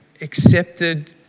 accepted